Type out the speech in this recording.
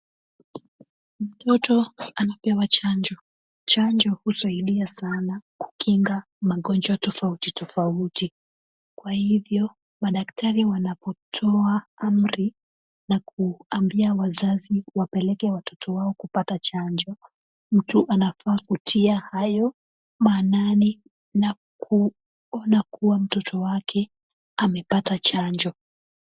Mtoto anapewa chanjo. Chanjo husaidia sana kukinga magonjwa tofauti tofauti. Kwa hivyo, madaktari wanapotoa amri na kuambia wazazi wapeleke watoto wao kupata chanjo, mtu anafaa kutia hayo manani na kuona kuwa mtoto wake amepata chanjo.